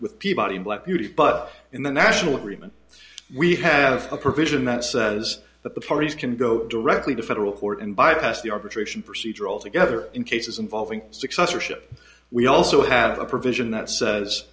with peabody black beauty but in the national agreement we have a provision that says that the parties can go directly to federal court and bypass the arbitration procedure altogether in cases involving successorship we also have a provision that says